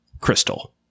Crystal